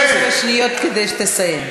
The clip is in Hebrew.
שניות כדי שתסיים.